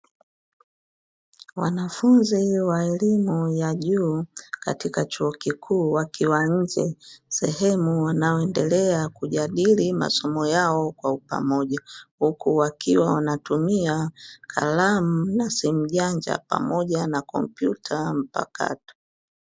Wanafunzi wa elimu ya juu katika chuo kikuu wakiwa nje sehemu wanayoendelea kujadili masomo yao kwa pamoja, huku wakiwa wanatumia kalamu na simu janja pamoja na kompyuta mpakato.